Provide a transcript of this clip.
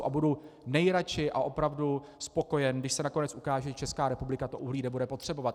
A budu nejradši a opravdu spokojen, když se nakonec ukáže, že Česká republika uhlí nebude potřebovat.